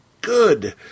good